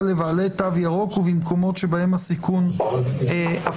לבעלי תו ירוק ובמקומות שבהם הסיכון אפסי".